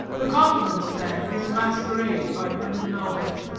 the confidence-man his masquerade. by herman melville,